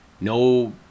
no